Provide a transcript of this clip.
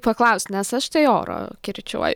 paklaust nes aš tai oro kirčiuoju